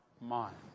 mind